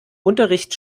unterricht